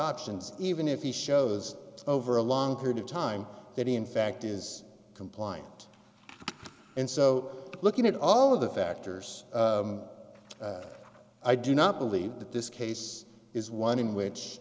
options even if he shows over a long period of time that he in fact is compliant and so looking at all of the factors i do not believe that this case is one in which